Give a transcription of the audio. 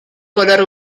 color